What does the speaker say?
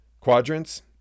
quadrants